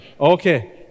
Okay